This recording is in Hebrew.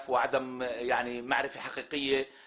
זה לא קשור